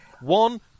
One